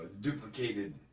duplicated